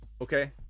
Okay